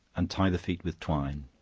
and tie the feet with twine